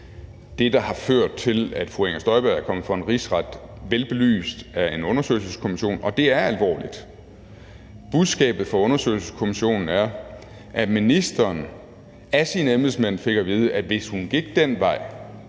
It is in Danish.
det, der har ført til, at fru Inger Støjberg kommer for en rigsret, er velbelyst af en undersøgelseskommission, og det er alvorligt. Budskabet fra undersøgelseskommissionen er, at ministeren af sine embedsmænd fik at vide, at hvis hun gik den vej,